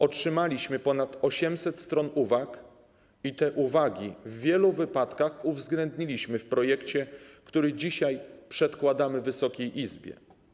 Otrzymaliśmy ponad 800 stron uwag i te uwagi w wielu wypadkach uwzględniliśmy w projekcie, który dzisiaj przedkładamy Wysokiej Izbie.